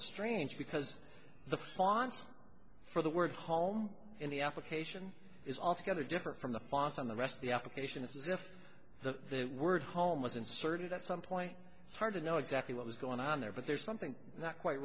strange because the font for the word home in the application is altogether different from the font on the rest of the application it's as if the word home was inserted at some point it's hard to know exactly what was going on there but there's something not quite